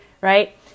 right